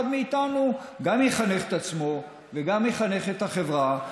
מאיתנו גם יחנך את עצמו וגם יחנך את החברה,